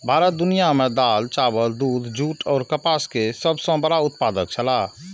भारत दुनिया में दाल, चावल, दूध, जूट और कपास के सब सॉ बड़ा उत्पादक छला